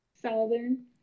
Southern